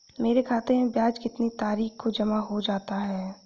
मेरे खाते में ब्याज कितनी तारीख को जमा हो जाता है?